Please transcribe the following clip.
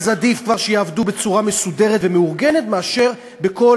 אז עדיף כבר שיעבדו בצורה מסודרת ומאורגנת מאשר בכל